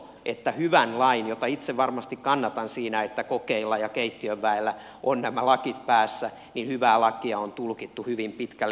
vaikka hyvässä laissa itse varmasti kannatan sitä että kokeilla ja keittiön väellä on nämä lakit päässä niin hyvää lakia on tulkittu hyvin pitkälle